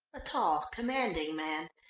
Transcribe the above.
a tall, commanding man,